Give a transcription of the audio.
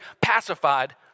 pacified